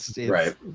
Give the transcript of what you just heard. Right